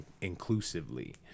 inclusively